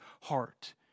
heart